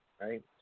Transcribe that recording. right